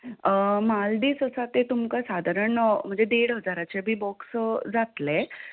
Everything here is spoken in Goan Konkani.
मालदीस आसा ते तुमकां सादारण देड हजाराचे बी बोक्स जातले